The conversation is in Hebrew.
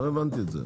לא הבנתי את זה.